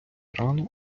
рано